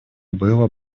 было